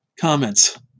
comments